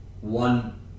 one